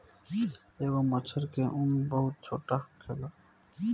एगो मछर के उम्र बहुत छोट होखेला